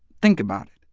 think about it.